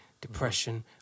depression